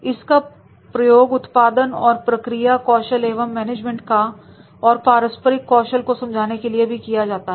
इसका प्रयोग उत्पादन और प्रक्रिया कौशल एवं मैनेजमेंट और पारस्परिक कौशल को समझने के लिए भी किया जाता है